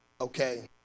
okay